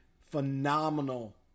phenomenal